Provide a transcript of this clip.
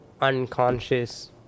unconscious